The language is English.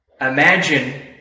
imagine